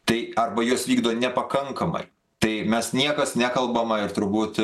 tai arba jos vykdo nepakankamai tai mes niekas nekalbama ir turbūt